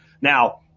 now